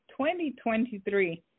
2023